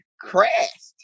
crashed